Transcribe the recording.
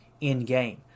in-game